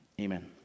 Amen